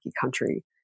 country